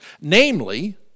Namely